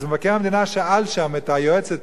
מבקר המדינה שאל שם את היועצת